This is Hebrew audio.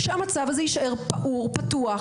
שהמצב הזה יישאר פעור ופתוח